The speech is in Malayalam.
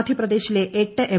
മധ്യപ്രദേശിലെ എട്ട് എം